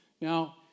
Now